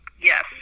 Yes